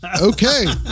Okay